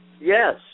Yes